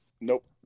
Nope